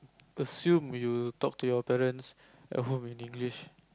assume you talk to your parents at home in english